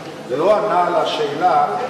לא ענה על השאלה,